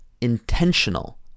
intentional